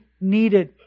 needed